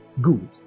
Good